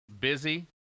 busy